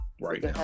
right